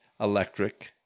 electric